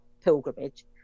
pilgrimage